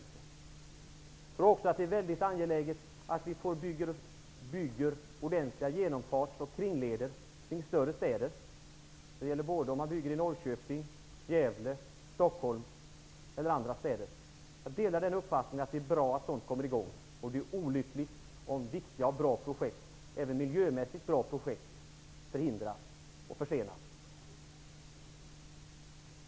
Jag tror också att det är mycket angeläget att man bygger ordentliga genomfarts och kringleder för större städer. Det gäller för Norrköping, Gävle, Stockholm m.fl. städer. Jag delar uppfattningen att det är bra att sådana projekt kommer i gång. Det är olyckligt om viktiga och bra projekt, som även är bra miljömässigt, förhindras och försenas.